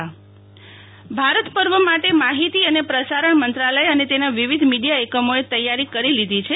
શાતલ ભારત પર્વ માટે માહિતી અને પ્રસારણ મંત્રાલય અને તેના વિવિધ મીડિયા એકમોએ તૈયારી કરી લીધી છે